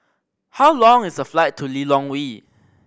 how long is the flight to Lilongwe